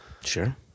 Sure